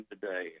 today